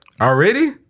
already